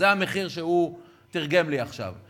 זה המחיר שהוא תרגם לי עכשיו.